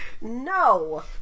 No